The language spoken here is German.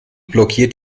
blockiert